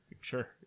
Sure